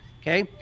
Okay